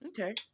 okay